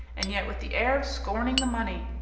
and yet with the air of scorning the money.